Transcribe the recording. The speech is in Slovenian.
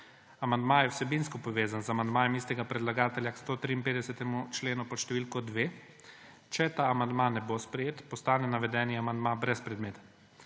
Amandma je vsebinsko povezan z amandmajem istega predlagatelja k 153. členu pod številko 2. Če ta amandma ne bo sprejet postane naveden amandma brezpredmeten.